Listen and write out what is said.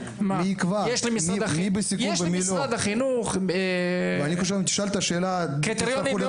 יש למשרד החינוך קריטריונים מאוד ברורים.